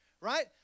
Right